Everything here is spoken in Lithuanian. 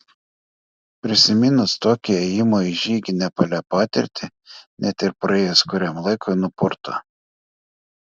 prisiminus tokią ėjimo į žygį nepale patirtį net ir praėjus kuriam laikui nupurto